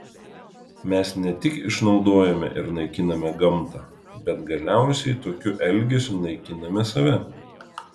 mes ne tik išnaudojame ir naikiname gamtą bet galiausiai tokiu elgesiu naikiname save